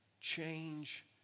change